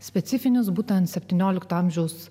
specifinius butan septyniolikto amžiaus